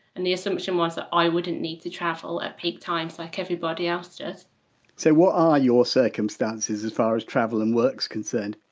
and the assumption was that i wouldn't need to travel at peak times like everybody else does so what are your circumstances as far as travel and works concerned?